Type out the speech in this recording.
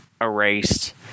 erased